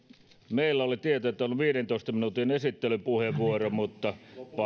meillä oli tieto että oli viidentoista minuutin esittelypuheenvuoro mutta palaan